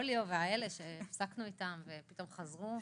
הפוליו שהפסקנו אתו ופתאום חזר.